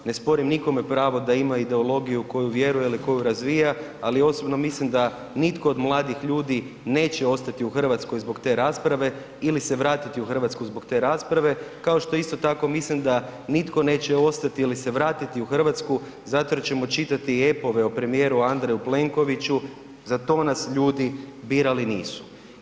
Ne sporim nikome pravo da ima ideologiju u koju vjeruje ili koju razvija, ali osobno mislim da nitko od mladih ljudi neće ostati u Hrvatskoj zbog te rasprave ili se vratiti u Hrvatsku zbog te rasprave, kao što isto tako mislim da nitko neće ostati ili se vratiti u Hrvatsku zato jer ćemo čitati epove o premijeru Andreju Plenkoviću, za to nas ljudi birali nisu.